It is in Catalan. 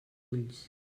ulls